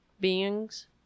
beings